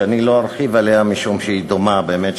שאני לא ארחיב עליה משום שהיא דומה באמת,